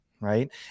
right